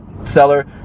seller